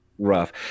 rough